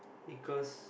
because